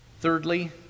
Thirdly